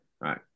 right